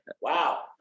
Wow